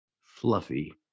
Fluffy